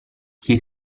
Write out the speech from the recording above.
chi